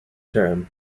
term